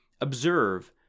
Observe